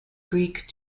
greek